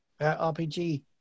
RPG